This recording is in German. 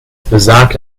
besagt